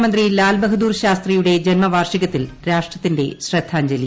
മുൻ പ്രധാനമന്ത്രി ലാൽ ബഹദൂർ ശാസ്ത്രിയുടെ ജന്മവാർഷികത്തിൽ രാഷ്ട്രത്തിന്റെ ശ്രദ്ധാഞ്ജലി